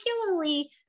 particularly